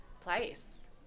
place